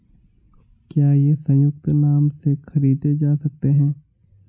क्या ये संयुक्त नाम से खरीदे जा सकते हैं?